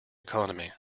economy